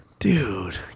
Dude